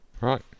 right